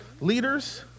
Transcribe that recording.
leaders